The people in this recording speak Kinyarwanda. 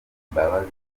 imbabazi